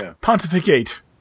Pontificate